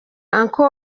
uncle